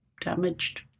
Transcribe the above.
damaged